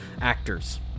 actors